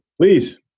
Please